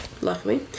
Luckily